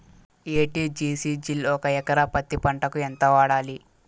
ఎ.టి.జి.సి జిల్ ఒక ఎకరా పత్తి పంటకు ఎంత వాడాలి?